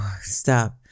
stop